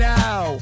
now